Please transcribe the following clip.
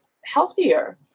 healthier